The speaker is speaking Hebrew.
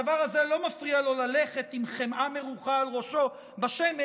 הדבר הזה לא מפריע לו ללכת עם חמאה מרוחה על ראשו בשמש.